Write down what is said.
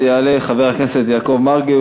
יעלה חבר הכנסת יעקב מרגי,